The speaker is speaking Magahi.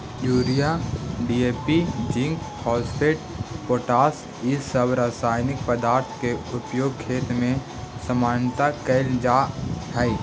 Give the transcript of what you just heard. urea, DAP, zinc sulphate, potash इ सब रसायनिक पदार्थ के उपयोग खेत में सामान्यतः कईल जा हई